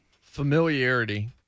Familiarity